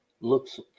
looks